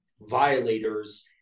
violators